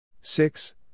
Six